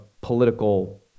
political